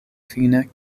fine